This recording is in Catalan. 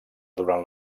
durant